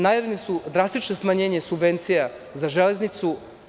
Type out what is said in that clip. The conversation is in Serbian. Najavljena su drastična smanjenja subvencija za „Železnicu“